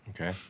okay